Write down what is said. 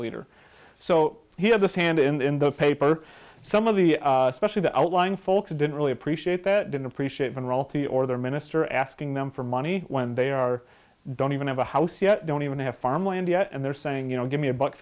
leader so he had this hand in the paper some of the especially the outlying folks didn't really appreciate that didn't appreciate them royalty or their minister asking them for money when they are don't even have a house yet don't even have farmland yet and they're saying you know give me a buck